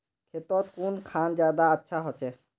खेतोत कुन खाद ज्यादा अच्छा होचे?